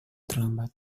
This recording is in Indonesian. terlambat